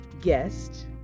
guest